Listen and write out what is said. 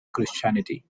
christianity